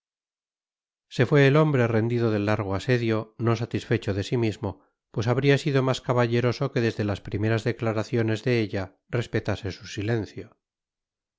se fue el hombre rendido del largo asedio no satisfecho de sí mismo pues habría sido más caballeroso que desde las primeras declaraciones de ella respetase su silencio